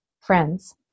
friends